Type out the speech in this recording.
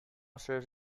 serves